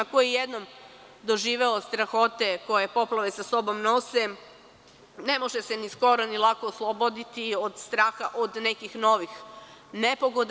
Ko je jednom doživeo strahote koje poplave sa sobom nose, ne može se ni skoro ni lako osloboditi od straha od nekih novih nepogoda.